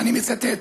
ואני מצטט,